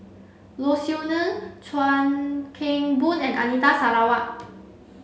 Low Siew Nghee Chuan Keng Boon and Anita Sarawak